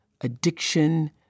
addiction